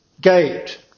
Gate